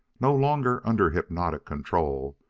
no longer under hypnotic control,